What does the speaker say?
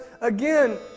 again